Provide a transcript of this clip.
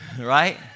Right